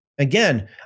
Again